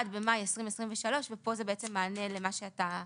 1 במאי 2023. ופה זה בעצם מענה למה שאתה אמרת.